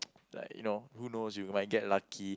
like you know who knows you might get lucky